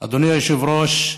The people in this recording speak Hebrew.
אדוני היושב-ראש,